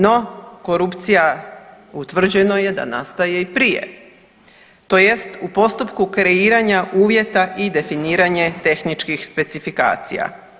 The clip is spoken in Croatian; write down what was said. No korupcija utvrđeno je da nastaje i prije tj. u postupku kreiranja uvjeta i definiranje tehničkih specifikacija.